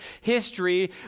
history